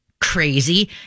crazy